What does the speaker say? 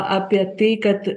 apie tai kad